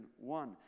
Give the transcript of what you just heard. one